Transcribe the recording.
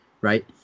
right